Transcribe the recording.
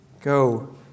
go